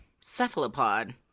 cephalopod